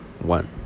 One